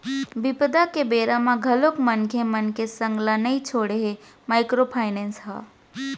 बिपदा के बेरा म घलोक मनखे मन के संग ल नइ छोड़े हे माइक्रो फायनेंस ह